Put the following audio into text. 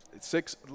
Six –